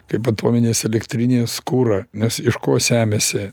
kaip atominės elektrinės kurą nes iš ko semiasi